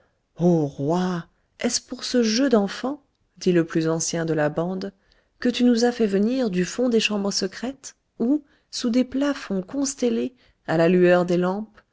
ô roi est-ce pour ce jeu d'enfant dit le plus ancien de la bande que tu nous as fait venir du fond des chambres secrètes où sous des plafonds constellés à la lueur des lampes